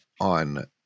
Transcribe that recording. on